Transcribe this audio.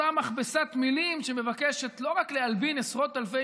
אותה מכבסת מילים שמבקשת לא רק להלבין עשרות אלפי